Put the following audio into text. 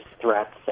threats